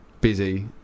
Busy